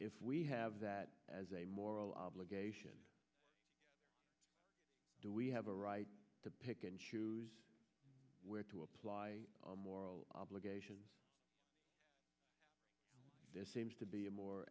if we have that as a moral obligation do we have a right to pick and choose where to apply moral obligation there seems to be a more